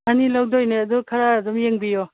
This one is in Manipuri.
ꯑꯅꯤ ꯂꯧꯗꯣꯏꯅꯦ ꯑꯗꯨ ꯈꯔ ꯑꯗꯨꯝ ꯌꯦꯡꯕꯤꯌꯣ